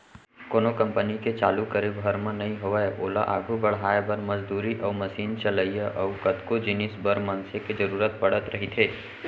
कोनो कंपनी के चालू करे भर म नइ होवय ओला आघू बड़हाय बर, मजदूरी अउ मसीन चलइया अउ कतको जिनिस बर मनसे के जरुरत पड़त रहिथे